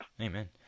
Amen